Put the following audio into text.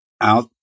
out